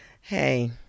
Hey